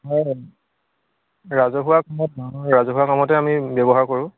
হয় ৰাজহুৱা কামত মানুহ ৰাজহুৱা কামতে আমি ব্য়ৱহাৰ কৰোঁ